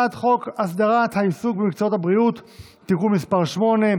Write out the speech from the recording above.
הצעת חוק הסדרת העיסוק במקצועות הבריאות (תיקון מס' 8)